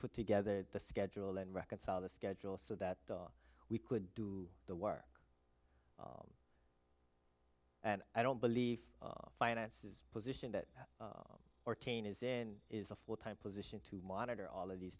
put together the schedule and reconcile the schedule so that we could do the work and i don't believe finances position that fourteen is in is a full time position to monitor all of these